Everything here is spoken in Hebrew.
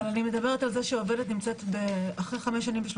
אבל אני מדברת על זה שאחרי 5 שנים ו-3